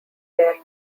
their